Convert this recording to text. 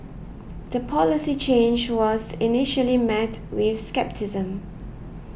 the policy change was initially met with scepticism